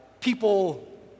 people